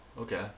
okay